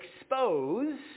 expose